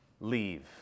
leave